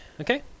okay